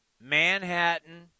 Manhattan